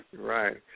Right